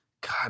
god